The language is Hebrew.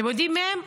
אתם יודעים מי הם?